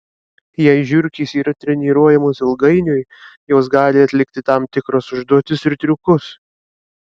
jei žiurkės yra treniruojamos ilgainiui jos gali atlikti tam tikras užduotis ir triukus